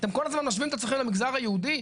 אתם כל הזמן משווים את עצמכם למגזר היהודי?